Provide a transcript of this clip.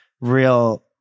real